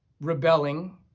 rebelling